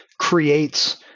creates